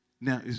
Now